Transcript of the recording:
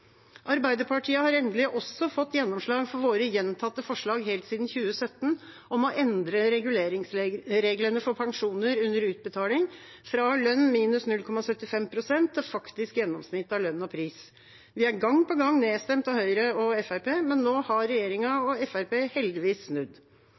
Arbeiderpartiet har endelig også fått gjennomslag for våre gjentatte forslag helt siden 2017 om å endre reguleringsreglene for pensjoner under utbetaling, fra lønn minus 0,75 pst. til faktisk gjennomsnitt av lønn og pris. Vi er gang på gang blitt nedstemt av Høyre og Fremskrittspartiet, men nå har regjeringa